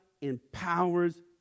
empowers